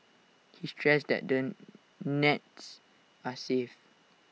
he stressed that the nets are safe